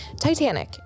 Titanic